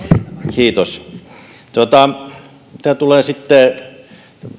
kiitos mitä tulee sitten